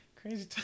crazy